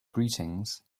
greetings